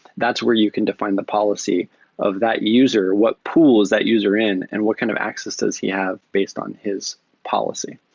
that's where you can define the policy of that user. what pool is that user in and what kind of access does he have based on his policy?